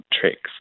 Tricks